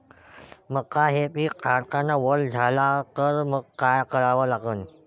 मका हे पिक काढतांना वल झाले तर मंग काय करावं लागन?